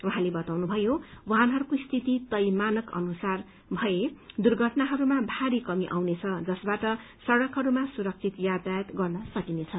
उहाँले बताउनुभयो यदि वानहरूको स्थिति तय मानक अनुसार रहे दुर्घटनाहरूमा भारी कमी आउनेछ जसबाट सड़कहरूमा सुरक्षित यातायात गर्न सकिनेछ